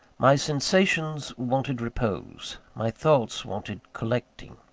my sensations wanted repose my thoughts wanted collecting.